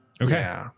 Okay